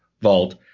vault